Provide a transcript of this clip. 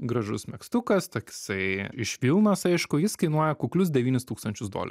gražus megztukas toksai iš vilnos aišku jis kainuoja kuklius devynis tūkstančius dole